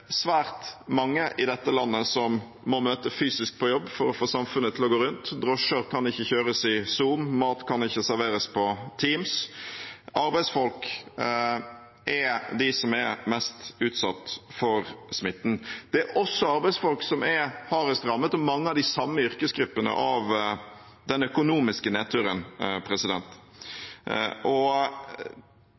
svært mange i dette landet som må møte fysisk på jobb for å få samfunnet til å gå rundt. Drosjer kan ikke kjøres i Zoom, mat kan ikke serveres på Teams. Arbeidsfolk er de som er mest utsatt for smitte. Det er også arbeidsfolk – og mange av de samme yrkesgruppene – som er hardest rammet av den økonomiske